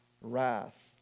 wrath